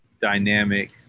dynamic